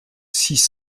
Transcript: six